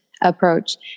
approach